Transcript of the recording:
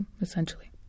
essentially